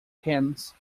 pence